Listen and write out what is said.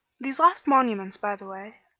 these last monuments, by the way,